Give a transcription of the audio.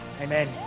Amen